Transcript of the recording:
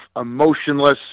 emotionless